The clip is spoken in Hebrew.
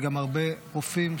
וגם הרבה רופאים,